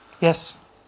Yes